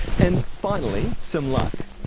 and finally, some luck.